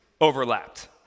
overlapped